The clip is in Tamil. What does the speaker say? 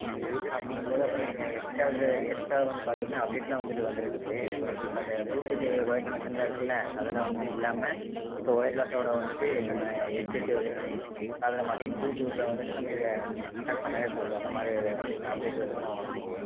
ஆமாம் அப்படிங்கும்போது அப்புறம் எக்ஸ்ட்ரா எக்ஸ்ட்ரா வந்துட்டு பார்த்தீங்கன்னா அப்டேட்யெலாம் வந்துட்டு வந்திருக்குது இப்போ அந்த புளூடூத்து ஒயர் கனெக்க்ஷனெலாம் இருக்கில அதெல்லாம் வந்து இல்லாமல் இப்போது ஒயர்லெஸ் வேறு வந்துட்டு நம்ம ஹெட்செட்டு காதில் மாட்டிகிட்டு புளூடூத்தில் வந்துட்டு நம்ம இது கனெக்ட் பண்ணிணாவே போதும் அந்த மாதிரி அப்டேட் வெர்ஷனெலாம் வந்திருக்குது